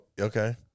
Okay